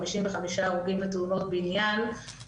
חמישים וחמישה הרוגים בתאונות בניין,